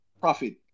profit